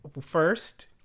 First